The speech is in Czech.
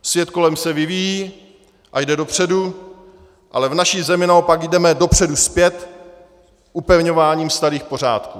Svět kolem se vyvíjí a jde dopředu, ale v naší zemi naopak jdeme dopředu zpět upevňováním starých pořádků.